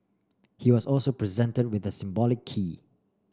he was also presented with the symbolic key